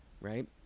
Right